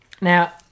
Now